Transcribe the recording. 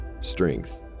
strength